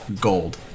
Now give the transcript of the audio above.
gold